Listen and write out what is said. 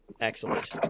Excellent